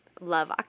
love